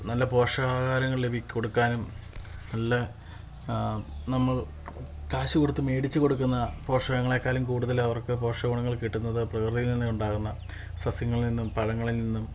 നല്ല പോഷകാഹാരങ്ങൾ ലഭി കൊടുക്കാനും നല്ല നമ്മൾ കാശുകൊടുത്ത് മേടിച്ചുകൊടുക്കുന്ന പോഷകങ്ങളെക്കാലും കൂടുതല് അവർക്ക് പോഷകഗുണങ്ങള് കിട്ടുന്നത് പ്രകൃതിയിൽ നിന്ന് ഉണ്ടാവുന്ന സസ്യങ്ങളിൽ നിന്നും പഴങ്ങളിൽ നിന്നും